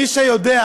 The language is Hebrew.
מי שיודע,